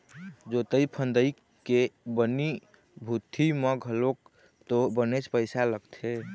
जोंतई फंदई के बनी भूथी म घलोक तो बनेच पइसा लगथे